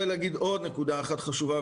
נקודה נוספת חשובה,